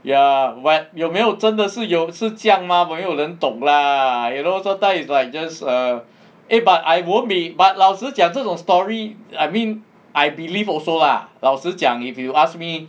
ya but 有没有真的是有是这样吗没有人懂 lah you know sometimes is like just err eh but I won't be but 老实讲这种 story I mean I believe also lah 老实讲 if you ask me